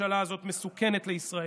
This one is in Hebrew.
הממשלה הזאת מסוכנת לישראל.